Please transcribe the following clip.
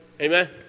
Amen